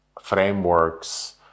frameworks